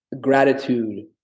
gratitude